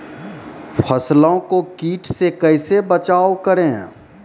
फसलों को कीट से कैसे बचाव करें?